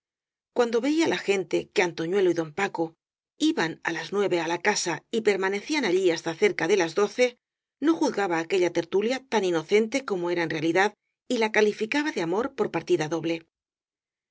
cuando veía la gente que antoñuelo y don paco iban á las nueve á la casa y permanecían allí hasta cerca de las doce no juzgaba aquella tertulia tan inocente como era en realidad y la calificaba de amor por partida doble las